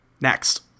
Next